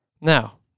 Now